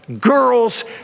girls